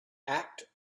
act